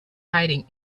hiding